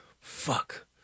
Fuck